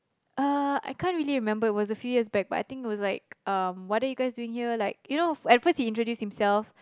uh I can't really remember it was a few years back but I think it was like um what are you guys doing here like you know at first he introduced himself